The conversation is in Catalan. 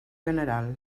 general